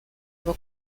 его